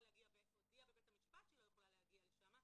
להגיע והודיעה בבית המשפט שהיא לא יכולה להגיע לשם,